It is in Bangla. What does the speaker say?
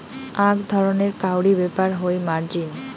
আক ধরণের কাউরী ব্যাপার হই মার্জিন